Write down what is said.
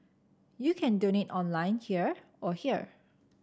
you can donate online here or here